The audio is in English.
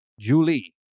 Julie